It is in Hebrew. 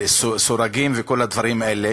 וסוגרים, וכל הדברים האלה,